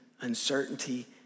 uncertainty